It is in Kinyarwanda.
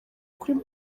kuri